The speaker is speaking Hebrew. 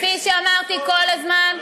כפי שאמרתי כל הזמן,